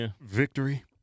victory